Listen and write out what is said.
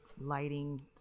lighting